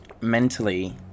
mentally